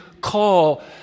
call